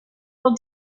will